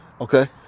Okay